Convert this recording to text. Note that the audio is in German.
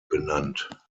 benannt